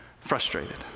Frustrated